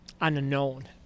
unknown